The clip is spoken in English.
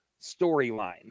storyline